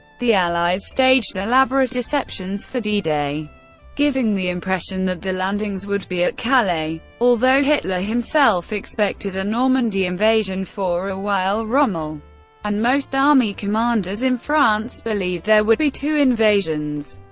the allies staged elaborate deceptions for d-day, giving the impression that the landings would be at calais. although hitler himself expected a normandy invasion for a while, rommel and most army commanders in france believed there would be two invasions,